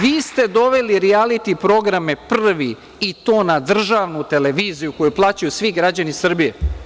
Vi ste doveli rijaliti programe prvi, i to na državnu televiziju koju plaćaju svi građani Srbiji.